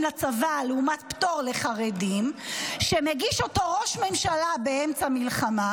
לצבא לעומת פטור לחרדים שמגיש אותו ראש ממשלה באמצע מלחמה,